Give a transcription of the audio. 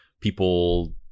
people